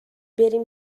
بریم